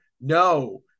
no